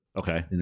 Okay